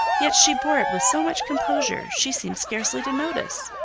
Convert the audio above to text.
yet she bore it with so much composure, she seemed scarcely to notice